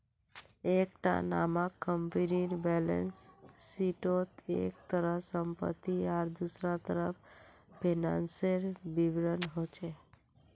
एक टा मानक कम्पनीर बैलेंस शीटोत एक तरफ सम्पति आर दुसरा तरफ फिनानासेर विवरण होचे